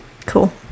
Cool